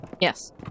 Yes